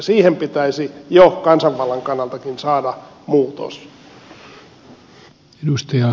siihen pitäisi jo kansanvallan kannaltakin saada muutos